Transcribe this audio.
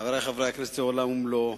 חברי חברי הכנסת, זה עולם ומלואו,